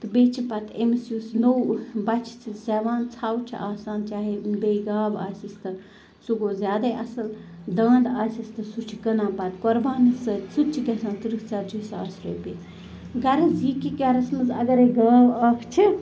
تہٕ بیٚیہِ چھِ پَتہٕ أمِس یُس نو بَچہٕ چھِ زیٚوان ژھو چھِ آسان چاہے بیٚیہِ گاو آسٮ۪س تہِ سُہ گوٚو زیادَے اَصٕل دانٛد آسٮ۪س تہٕ سُہ چھِ کٕنان پَتہٕ قربانی سۭتۍ سُہ تہِ چھِ گژھان تٕرٛہ ژَجی ساس رۄپیہِ غرض یہِ کہِ گرَس منٛز اَگرَے گاو اَکھ چھِ